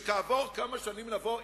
אני מקווה שבעוד כמה שנים לא נבוא,